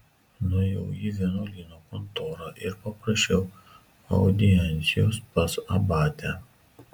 nuėjau į vienuolyno kontorą ir paprašiau audiencijos pas abatę